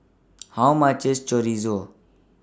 How much IS Chorizo